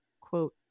quote